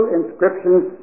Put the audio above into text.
inscriptions